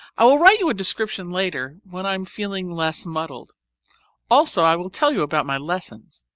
i will write you a description later when i'm feeling less muddled also i will tell you about my lessons.